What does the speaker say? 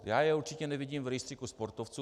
Já je určitě nevidím v rejstříku sportovců.